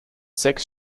sechs